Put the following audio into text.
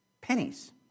pennies